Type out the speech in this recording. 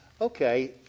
Okay